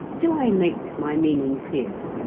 do i make my meaning clear?